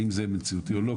האם זה מציאותי או לא?